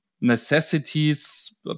necessities